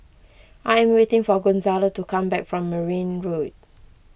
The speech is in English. I am waiting for Gonzalo to come back from Merryn Road